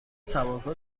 سوارکار